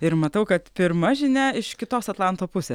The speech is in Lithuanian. ir matau kad pirma žinia iš kitos atlanto pusė